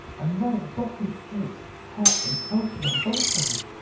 and a lot of buckwheat cakes, hot, and toasted on both sides,